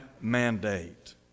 mandate